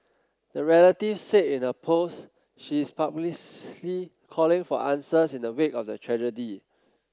the relative said in her post she is publicly calling for answers in the wake of the tragedy